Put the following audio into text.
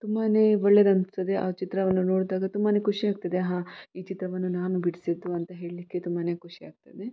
ತುಂಬಾ ಒಳ್ಳೆದು ಅನಿಸ್ತದೆ ಆ ಚಿತ್ರವನ್ನು ನೋಡಿದಾಗ ತುಂಬಾ ಖುಷಿಯಾಗ್ತದೆ ಹಾಂ ಈ ಚಿತ್ರವನ್ನು ನಾನು ಬಿಡಿಸಿದ್ದು ಅಂತ ಹೇಳಲಿಕ್ಕೆ ತುಂಬಾ ಖುಷಿ ಆಗ್ತದೆ